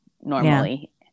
normally